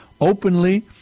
openly